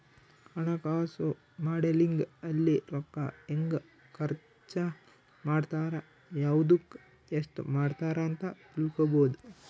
ಹಣಕಾಸು ಮಾಡೆಲಿಂಗ್ ಅಲ್ಲಿ ರೂಕ್ಕ ಹೆಂಗ ಖರ್ಚ ಮಾಡ್ತಾರ ಯವ್ದುಕ್ ಎಸ್ಟ ಮಾಡ್ತಾರ ಅಂತ ತಿಳ್ಕೊಬೊದು